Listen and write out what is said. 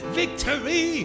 victory